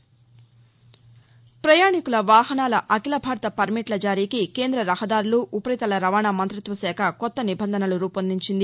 ప్రపయాణికుల వాహనాల అఖిల భారత పర్మిట్ల జారీకి కేంద రహదారులు ఉపరితల రవాణా మంతిత్వ శాఖ కొత్త నిబంధనలు రూపొందించింది